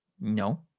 No